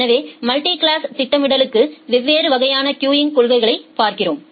எனவே மல்டிகிளாஸ் திட்டமிடலுக்கான வெவ்வேறு வகையான கியூங் கொள்கைகளைப் பார்க்கிறோம்